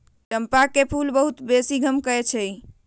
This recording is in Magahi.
चंपा के फूल बहुत बेशी गमकै छइ